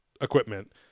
equipment